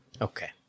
Okay